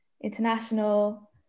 international